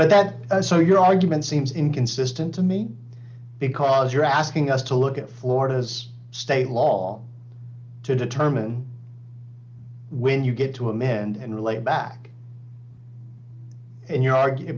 bad that so your argument seems inconsistent to me because you're asking us to look at florida's state law to determine when you get to a mint and relay back and you argue